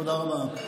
תודה רבה.